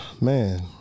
Man